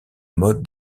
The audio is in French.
mode